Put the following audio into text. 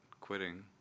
quitting